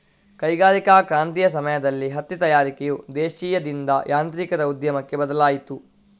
ಕೈಗಾರಿಕಾ ಕ್ರಾಂತಿಯ ಸಮಯದಲ್ಲಿ ಹತ್ತಿ ತಯಾರಿಕೆಯು ದೇಶೀಯದಿಂದ ಯಾಂತ್ರೀಕೃತ ಉದ್ಯಮಕ್ಕೆ ಬದಲಾಯಿತು